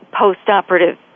post-operative